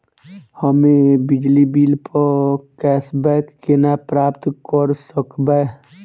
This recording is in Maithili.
हम्मे बिजली बिल प कैशबैक केना प्राप्त करऽ सकबै?